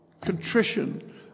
contrition